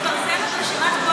לפרסם את רשימת כל